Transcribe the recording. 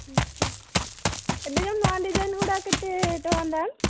ଆଚ୍ଛା ଏବେ ଯେଉଁ ନୂଆ ଡିଜାଇନ୍ଗୁଡ଼ା କେତେ ଟଙ୍କା ଦାମ୍